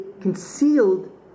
concealed